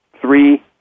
three